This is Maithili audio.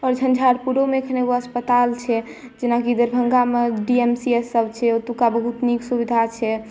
आओर झञ्झारपुरोमे एखन एगो अस्पताल छै जेनाकि दरभङ्गामे डी एम सी एच सब छै ओतुका बहुत नीक सुविधा छै